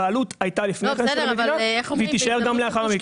הבעלות הייתה לפני כן, והיא תישאר גם לאחר מכן.